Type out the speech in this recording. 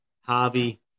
Harvey